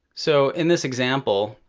so in this example